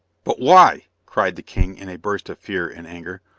but why, cried the king in a burst of fear and anger,